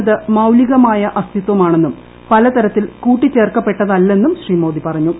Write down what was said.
എന്നത് മൌലികമായ അസ്തിത്വമാണെന്നും പലതരത്തിൽ കൂട്ടിച്ചേർക്കപ്പെട്ട തല്ലെന്നും ശ്രീമോദി പറഞ്ഞു